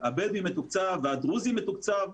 הבדואי מתוקצב והדרוזי מתוקצב,